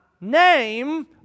name